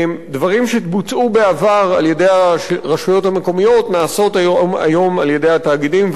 דברים שבוצעו בעבר על-ידי הרשויות המקומיות נעשים היום על-ידי התאגידים,